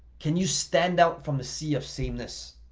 can you stand out from the sea of sameness?